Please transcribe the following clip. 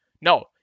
No